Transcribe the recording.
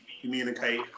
communicate